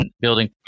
building